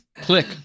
click